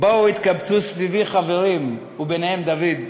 "בואו התקבצו סביבי חברים," וביניהם דוד,